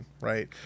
right